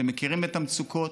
אתם מכירים את המצוקות.